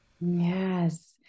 Yes